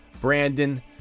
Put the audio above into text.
Brandon